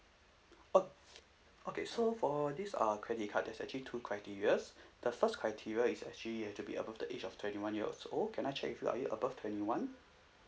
o~ okay so for this uh credit card there's actually two criteria the first criteria is actually uh to be above the age of twenty one years old can I check with you are you above twenty one